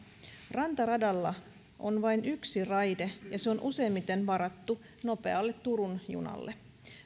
rantaradalla on vain yksi raide ja se on useimmiten varattu nopealle turun junalle